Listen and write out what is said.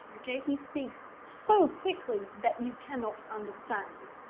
okay? he speaks so quickly that you cannot understand.